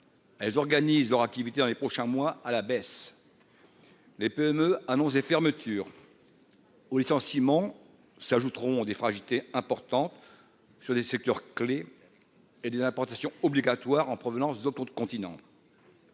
elles organisent leur activité dans les prochains mois à la baisse. Les PME annonce des fermetures au licenciement s'ajouteront des fragilités importantes sur des secteurs clés et des importations obligatoire en provenance d'autres continents.